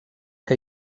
que